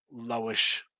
lowish